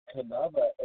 Canava